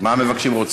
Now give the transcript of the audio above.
מה אתם?